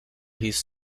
his